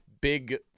big